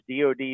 DOD